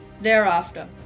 Thereafter